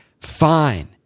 fine